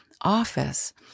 office